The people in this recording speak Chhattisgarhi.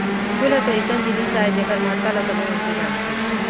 फूल ह तो अइसन जिनिस अय जेकर महत्ता ल सबो मनसे जानथें